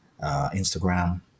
Instagram